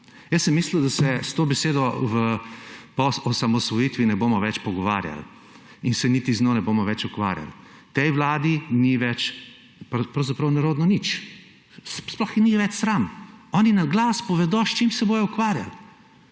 Jaz sem mislil, da se s to besedo po osamosvojitvi ne bomo več pogovarjali in se niti z njo ne bomo več ukvarjali. Tej vladi ni pravzaprav nič več nerodno, sploh je ni več sram. Oni na glas povedo, s čim se bodo ukvarjali